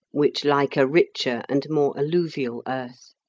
which like a richer and more alluvial earth.